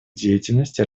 деятельности